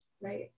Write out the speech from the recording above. Right